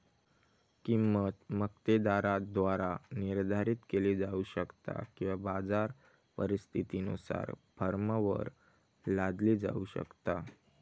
किंमत मक्तेदाराद्वारा निर्धारित केली जाऊ शकता किंवा बाजार परिस्थितीनुसार फर्मवर लादली जाऊ शकता